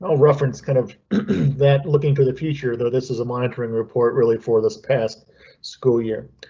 ah reference kind of that looking for the future, though this is a monitoring report really for this past school year,